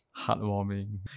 Heartwarming